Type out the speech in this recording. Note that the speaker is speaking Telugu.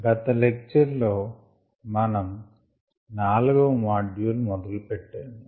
గత లెక్చర్ లో మనం 4వ మాడ్యూల్ మొదలు పెట్టాము